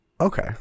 Okay